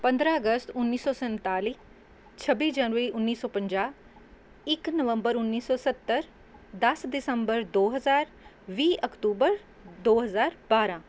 ਪੰਦਰਾਂ ਅਗਸਤ ਉੱਨੀ ਸੌ ਸੰਤਾਲੀ ਛੱਬੀ ਜਨਵਰੀ ਉੱਨੀ ਸੌ ਪੰਜਾਹ ਇੱਕ ਨਵੰਬਰ ਉੱਨੀ ਸੌ ਸੱਤਰ ਦਸ ਦਸੰਬਰ ਦੋ ਹਜ਼ਾਰ ਵੀਹ ਅਕਤੂਬਰ ਦੋ ਹਜ਼ਾਰ ਬਾਰ੍ਹਾਂ